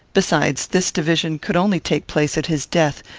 besides, this division could only take place at his death,